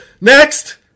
next